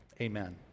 Amen